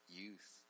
youth